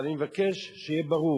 אבל אני מבקש שיהיה ברור